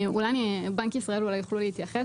אולי בנק ישראל יוכלו להתייחס